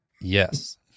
Yes